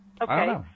Okay